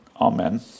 Amen